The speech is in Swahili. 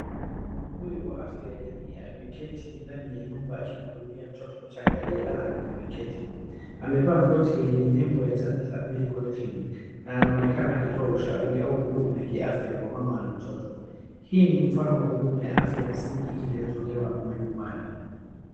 Mhudumu huyu wa fya ya jamii ameketi ndani ya jamii akimhudumia mtoto mchanga aliyelala kwenye blanketi. Amevaa koti lenye nembo ya Tabitha Medical clinic. Na naonekana akitoa ushauri au huduma ya kiafya kwa mama na mtoto. Hii ni mfano ya huduma ya afya ya msingi inayotolewa majumbani.